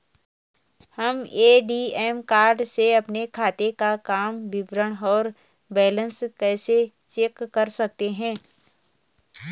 हम ATM card से अपने खाते काम विवरण और बैलेंस कैसे चेक कर सकते हैं?